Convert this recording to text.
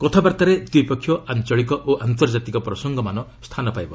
କଥାବାର୍ତ୍ତାରେ ଦ୍ୱିପକ୍ଷିୟ ଆଞ୍ଚଳିକ ଓ ଆନ୍ତର୍ଜାତିକ ପ୍ରସଙ୍ଗମାନ ସ୍ଥାନ ପାଇବ